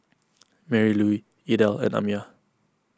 Marylouise Idell and Amiah